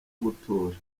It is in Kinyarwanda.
gutura